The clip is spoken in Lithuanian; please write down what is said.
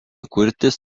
kurtis